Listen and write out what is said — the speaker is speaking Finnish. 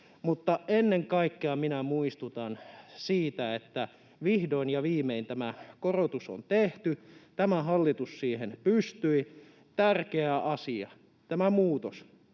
ennen kaikkea minä muistutan siitä, että vihdoin ja viimein tämä korotus on tehty. Tämä hallitus siihen pystyi. Tärkeä asia, tämä muutos.